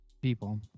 people